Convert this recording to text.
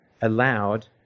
allowed